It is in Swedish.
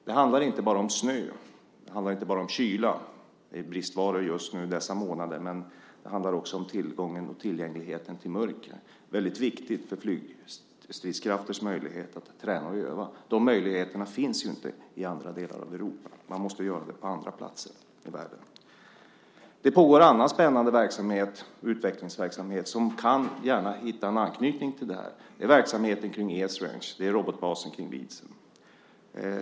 Det handlar inte bara om snö och kyla - det är bristvaror just nu, i dessa månader - utan det handlar också om tillgången och tillgängligheten till mörker. Det är viktigt för flygstridskrafters möjligheter att träna och öva. De möjligheterna finns ju inte i andra delar av Europa. Man måste göra det på andra platser i världen. Det pågår också annan spännande utvecklingsverksamhet som gärna kan hitta en anknytning till det här. Det är verksamheten kring Esrange och robotbasen kring Vidsel.